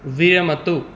विरमतु